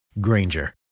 Granger